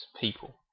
people